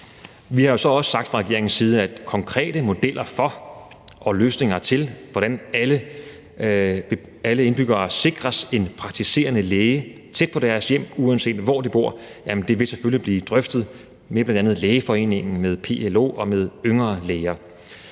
side sagt, at konkrete modeller for og løsninger til, hvordan alle indbyggere sikres en praktiserende læge tæt på deres hjem, uanset hvor de bor, selvfølgelig vil blive drøftet med bl.a. Lægeforeningen, med PLO og med Yngre Læger.